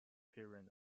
period